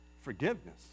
Forgiveness